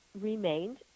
remained